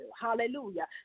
hallelujah